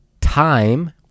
time